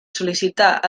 sol·licitar